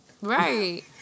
Right